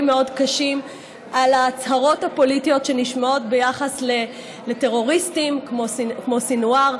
מאוד קשים על ההצהרות הפוליטיות שנשמעות ביחס לטרוריסטים כמו סנוואר,